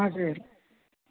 हजुर